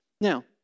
Now